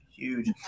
Huge